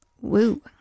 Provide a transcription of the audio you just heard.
Woo